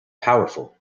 powerful